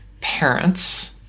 parents